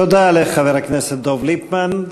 תודה לחבר הכנסת דב ליפמן.